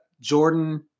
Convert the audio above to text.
Jordan